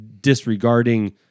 disregarding